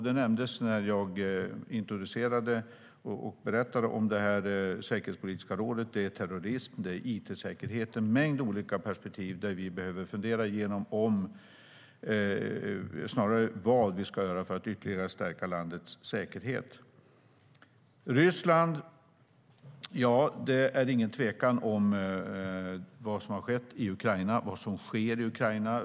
Det nämndes när jag introducerade och berättade om det säkerhetspolitiska rådet. Det handlar om terrorism. Det handlar om it-säkerhet. Det är en mängd olika perspektiv där vi behöver fundera igenom vad vi ska göra för att ytterligare stärka landets säkerhet. Ryssland - ja, det är ingen tvekan om vad som har skett i Ukraina och vad som sker i Ukraina.